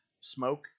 smoke